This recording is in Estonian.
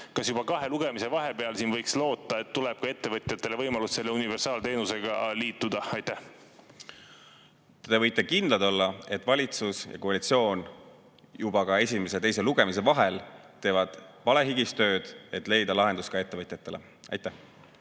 kas juba kahe lugemise vahepeal võiks loota, et tuleb ka ettevõtjatele võimalus selle universaalteenusega liituda. Te võite kindel olla, et valitsus ja koalitsioon juba esimese ja teise lugemise vahel teevad palehigis tööd, et leida lahendus ka ettevõtjatele. Te